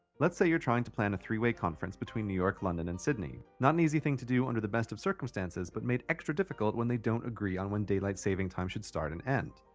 let's say that your trying to plan a three-way conference between new york, london and sydney not an easy thing to do under the best of circumstances but made extra difficult when they don't agree on when daylight saving time should start and end.